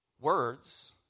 words